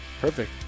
perfect